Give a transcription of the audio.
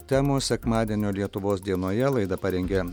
temos sekmadienio lietuvos dienoje laidą parengė